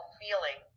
feeling